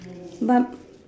but